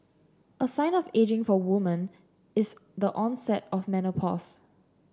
a sign of ageing for a woman is the onset of menopause